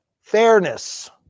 Fairness